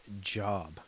job